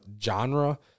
genre